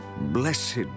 Blessed